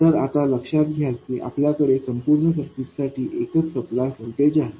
तर आता लक्षात घ्या की आपल्याकडे संपूर्ण सर्किट साठी एकच सप्लाय व्होल्टेज आहे